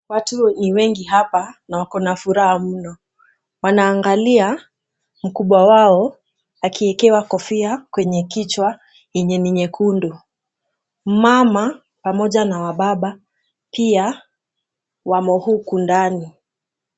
Watu ni wengi hapa na wako na furaha mno. Wanaangalia mkubwa wao akiekewa kofia kwenye kichwa yenye ni nyekundu. Mmama pamoja na wababa pia wamo huku ndani.